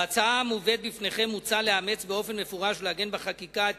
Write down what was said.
בהצעה המובאת בפניכם מוצע לאמץ באופן מפורש ולעגן בחקיקה את